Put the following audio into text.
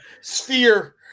sphere